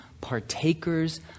partakers